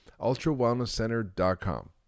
ultrawellnesscenter.com